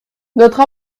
notre